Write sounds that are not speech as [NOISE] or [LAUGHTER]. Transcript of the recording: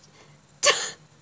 [BREATH]